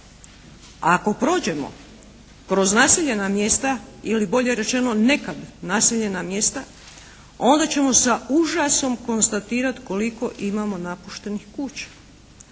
Ako prođemo kroz naseljena mjesta ili bolje rečeno neka naseljena mjesta onda ćemo sa užasom konstatirat koliko imamo napuštenih kuća.